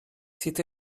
zieht